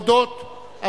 להודות,